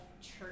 church